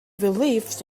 believed